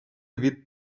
від